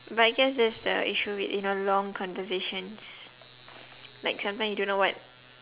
but I guess that's the issue with in a long conversations like sometime you don't know what